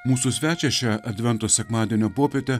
mūsų svečias šią advento sekmadienio popietę